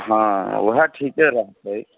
हँ ओहए ठीके रहतै